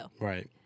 Right